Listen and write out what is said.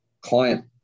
client